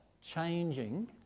changing